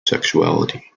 sexuality